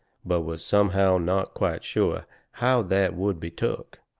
but was somehow not quite sure how that would be took.